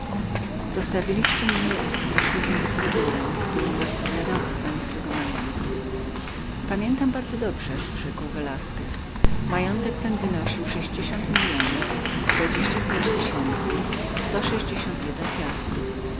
zostawiliście mnie z straszliwym wicekrólem który mi rozpowiadał o stanie swego majątku pamiętam bardzo dobrze rzekł velasquez majątek ten wynosił sześćdziesiąt milionów dwadzieścia pięć tysięcy sto sześćdziesiąt jeden piastrów